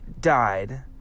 died